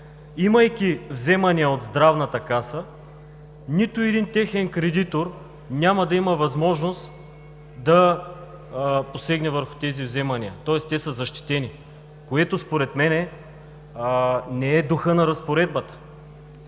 имайки вземания от Здравната каса нито един техен кредитор няма да има възможност да посегне върху тези вземания, тоест те са защитени, което според мен не е духът на разпоредбата.